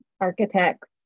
architects